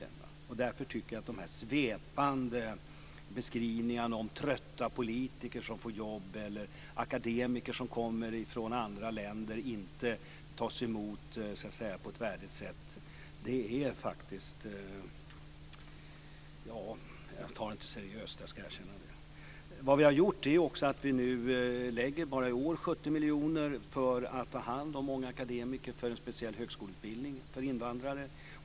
Jag ska erkänna att jag därför inte tar seriöst på de här svepande beskrivningar av hur trötta politiker får jobb eller av hur akademiker som kommer från andra länder inte tas emot på ett värdigt sätt. Vi lägger bara i år 70 miljoner kronor för att ta hand om många akademiker i en speciell högskoleutbildning för invandrare.